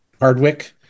Hardwick